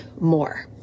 more